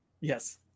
Yes